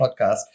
podcast